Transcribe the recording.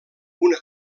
una